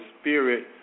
spirit